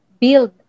build